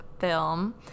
film